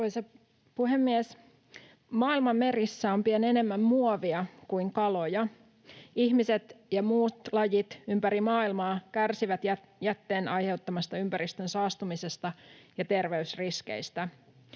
Maailman merissä on pian enemmän muovia kuin kaloja. Ihmiset ja muut lajit ympäri maailmaa kärsivät jätteen aiheuttamasta ympäristön saastumisesta ja terveysriskeistä.